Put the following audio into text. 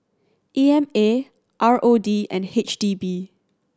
E M A R O D and H D B